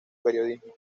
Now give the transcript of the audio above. periodismo